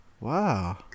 Wow